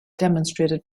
demonstrated